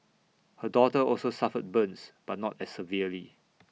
her daughter also suffered burns but not as severely